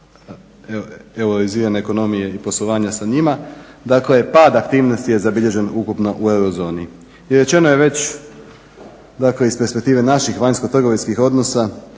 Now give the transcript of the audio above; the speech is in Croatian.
eurozirane ekonomije i poslovanja sa njima, dakle pad aktivnosti je zabilježen ukupno u euro zoni. I rečeno je već dakle iz perspektive naših vanjsko-trgovinskih odnosa